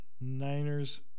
Niners